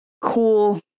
cool